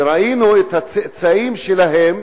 וראינו את הצאצאים שלהם